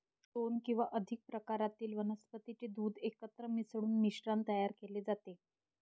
दोन किंवा अधिक प्रकारातील वनस्पतीचे दूध एकत्र मिसळून मिश्रण तयार केले जाते